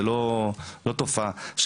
תודה.